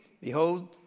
behold